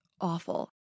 awful